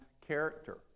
character